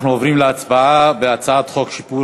אנחנו עוברים להצבעה על הצעת חוק שימור